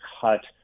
cut